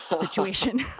situation